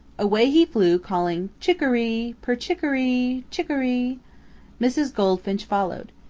away he flew calling, chic-o-ree, per-chic-o-ree, chic-o-ree! mrs. goldfinch followed.